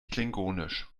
klingonisch